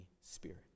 Spirit